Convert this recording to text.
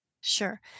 Sure